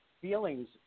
feelings